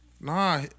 Nah